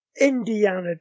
Indiana